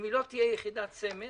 אם היא לא תהיה יחידת סמך,